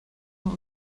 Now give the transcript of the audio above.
mal